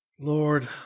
Lord